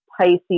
Pisces